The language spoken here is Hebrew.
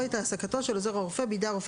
או את העסקתו של עוזר הרופא בידי הרופא